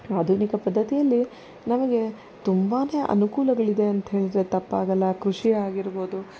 ಆಧುನಿಕ ಪದ್ಧತಿಯಲ್ಲಿ ನಮಗೆ ತುಂಬಾ ಅನುಕೂಲಗಳಿದೆ ಅಂತಹೇಳಿದ್ರೆ ತಪ್ಪಾಗಲ್ಲ ಕೃಷಿ ಆಗಿರ್ಬೋದು